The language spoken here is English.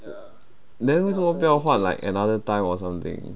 ya then 为什么不要换 like another time or something